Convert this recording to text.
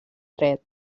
dret